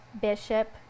Bishop